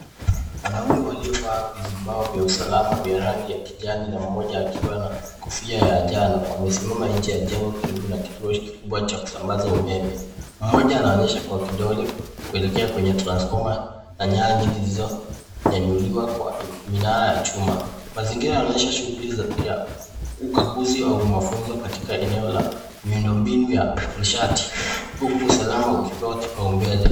Wanaume waliovaa vizibao vya usalama vya rangi ya kijani na mmoja akiwa na kofia ya njano wamesimama nje ya jengo karibu na kituo kikubwa cha kusambaza umeme. Mmoja anaonyesha kwa kidole kuelekea kwenye transfoma na nyaya nyingi zilizonyanyuliwa kwa minara ya chuma. Mazingira yanaonyesha shughuli ya ukaguzi au mafunzo katika eneo la miundombinu ya nishati, huku usalama ukipewa kipaumbele.